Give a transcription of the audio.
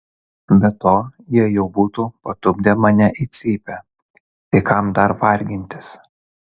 be to jie jau būtų patupdę mane į cypę tai kam dar vargintis